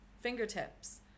fingertips